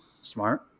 Smart